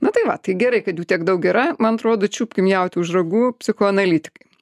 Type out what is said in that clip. nu tai va tai gerai kad jų tiek daug yra man atrodo čiupkim jautį už ragų psichoanalitikai